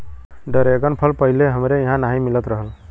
dragon फल पहिले हमरे इहाँ नाही मिलत रहल